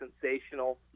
sensational